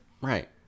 Right